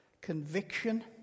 conviction